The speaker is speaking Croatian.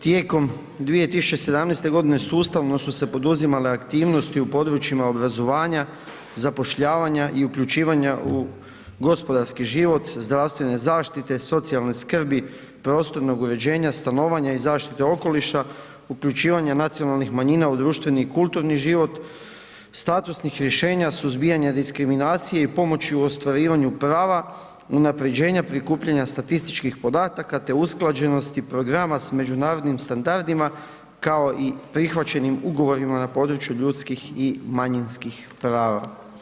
Tijekom 2017. godine sustavno su se poduzimale aktivnosti u područjima obrazovanja, zapošljavanja i uključivanja u gospodarski život, zdravstvene zaštite, socijalne skrbi, prostornog uređenja, stanovanja i zaštite okoliša, uključivanje nacionalnih manjina u društveni i kulturni život, statusnih rješenja suzbijanja diskriminacije i pomoći u ostvarivanja prava, unapređenja prikupljanja statističkih podataka te usklađenosti programa s međunarodnim standardima kao i prihvaćenim ugovorima na području ljudskim i manjinskih prava.